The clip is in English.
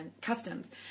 customs